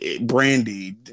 Brandy